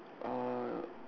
uh